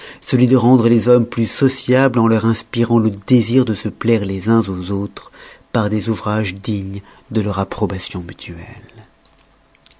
celui de rendre les hommes plus sociables en leur inspirant le désir de se plaire les uns aux autres par des ouvrages dignes de leur approbation mutuelle